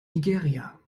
nigeria